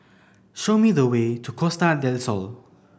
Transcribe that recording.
show me the way to Costa Del Sol